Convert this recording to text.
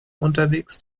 unterwegs